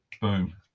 boom